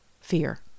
fear